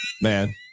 man